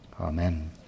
Amen